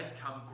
come